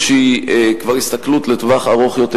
הסתכלות שהיא כבר הסתכלות לטווח ארוך יותר.